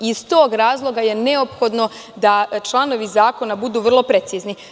Iz tog razloga je neophodno da članovi zakona budu vrlo precizni.